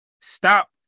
Stop